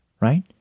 right